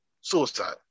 suicide